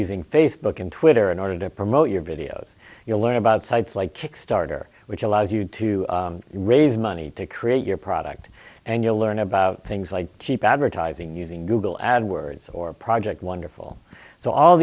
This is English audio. using facebook and twitter in order to promote your videos you learn about sites like kickstarter which allows you to raise money to create your product and you'll learn about things like cheap advertising using google ad words or project wonderful so all